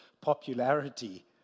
popularity